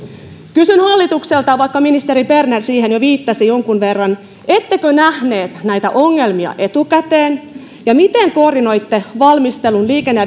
kysyn hallitukselta vaikka ministeri berner siihen jo viittasi jonkun verran ettekö nähneet näitä ongelmia etukäteen ja miten koordinoitte valmistelun liikenne